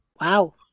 Wow